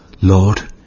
Lord